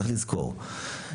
צריך לזכור,